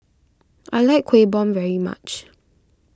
I like Kueh Bom very much